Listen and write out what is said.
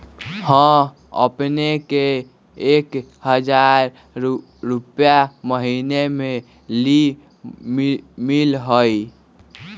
हां अपने के एक हजार रु महीने में ऋण मिलहई?